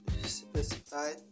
specify